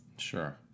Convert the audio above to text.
Sure